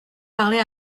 parler